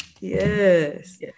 Yes